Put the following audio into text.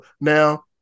Now